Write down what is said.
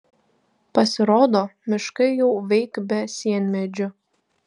pasirodo miškai jau veik be sienmedžių